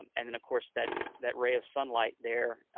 and and then of course that that ray of sunlight there,